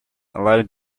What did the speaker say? allowed